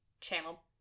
channel